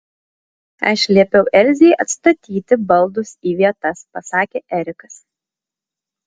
aš liepiau elzei atstatyti baldus į vietas pasakė erikas